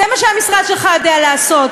זה מה שהמשרד שלך יודע לעשות.